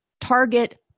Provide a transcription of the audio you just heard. target